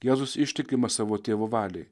jėzus ištikimas savo tėvo valiai